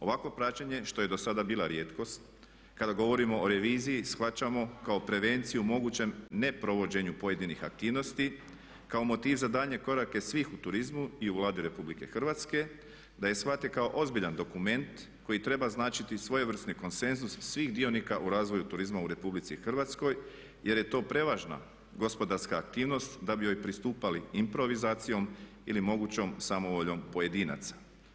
Ovakvo praćenje što je do sada bila rijetkost, kada govorimo o reviziji shvaćamo kao prevenciju mogućem ne provođenju pojedinih aktivnosti, kao motiv za daljnje korake svih u turizmu i u Vladi RH da je shvate kao ozbiljan dokument koji treba značiti svojevrsni konsenzus svih dionika u razvoju turizma u RH jer je to prevažna gospodarska aktivnost da bi joj pristupali improvizacijom ili mogućom samovoljom pojedinaca.